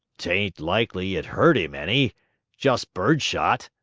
t ain't likely it hurt him any just bird shot,